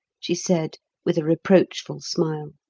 she said with a reproachful smile.